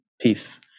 peace